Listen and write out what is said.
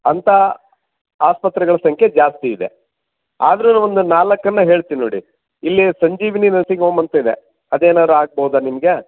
ಅಂತಹ ಆಸ್ಪತ್ರೆಗಳ ಸಂಖ್ಯೆ ಜಾಸ್ತಿ ಇದೆ ಆದ್ರೂ ಒಂದು ನಾಲ್ಕನ್ನು ಹೇಳ್ತೀನಿ ನೋಡಿ ಇಲ್ಲಿ ಸಂಜೀವಿನಿ ನರ್ಸಿಂಗ್ ಹೋಮ್ ಅಂತಿದೆ ಅದೇನಾದ್ರು ಆಗಬಹುದಾ ನಿಮಗೆ